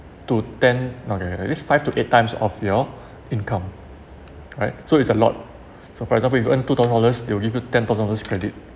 to ten okay okay at least five to eight times of your income right so it's a lot so for example if you earn two thousand dollars it'll give you ten thousand dollars credit